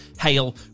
hail